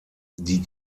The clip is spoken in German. die